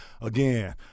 again